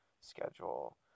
schedule